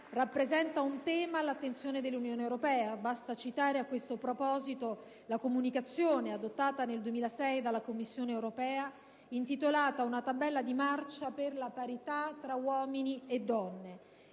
rappresenta un tema all'attenzione dell'Unione europea: basti citare a questo proposito la comunicazione adottata nel 2006 dalla Commissione europea intitolata «Una tabella di marcia per la parità tra uomini e donne»,